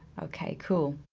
okay, cool,